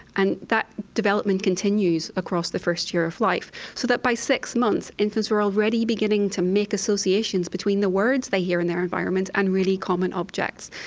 and that development continues across the first year of life, so that by six months infants are already beginning to make associations between the words they hear in their environment and really common objects.